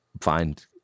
find